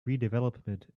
redevelopment